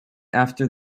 after